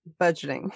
budgeting